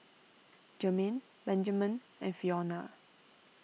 Jermaine Benjamen and Fiona